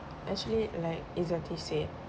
actually like ezati said